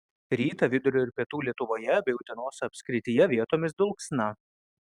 rytą vidurio ir pietų lietuvoje bei utenos apskrityje vietomis dulksna